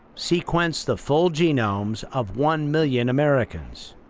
sequence the full genomes of one million americans.